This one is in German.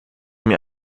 mir